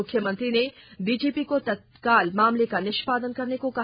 मुख्यमंत्री ने डीजीपी को तत्काल मामले का निष्पादन करने को कहा